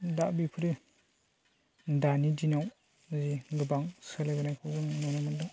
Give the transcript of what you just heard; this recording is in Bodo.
दा बिफोरो दानि दिनाव जि गोबां सोलिबोनायखौबो नुनो मोनदों